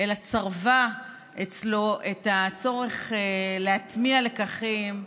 אלא צרבה אצלו את הצורך להטמיע לקחים,